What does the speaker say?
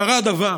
קרה דבר.